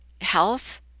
health